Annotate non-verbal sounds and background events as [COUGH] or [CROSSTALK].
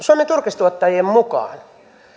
[UNINTELLIGIBLE] suomen turkistuottajien mukaan